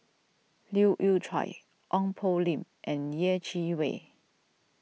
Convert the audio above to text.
Leu Yew Chye Ong Poh Lim and Yeh Chi Wei